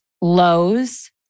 lows